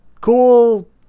Cool